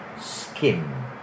skin